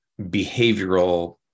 behavioral